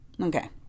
Okay